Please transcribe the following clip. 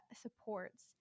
supports